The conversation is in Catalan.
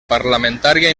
parlamentària